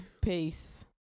peace